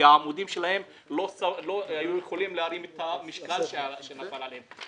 כי העמודים שלהם לא היו יכולים להרים את המשקל שנפל עליהם.